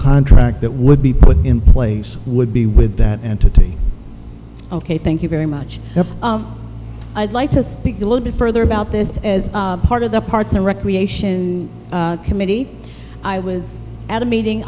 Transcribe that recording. contract that would be put in play would be with that entity ok thank you very much i'd like to speak a little bit further about this as part of the parts and recreation committee i was at a meeting